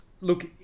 look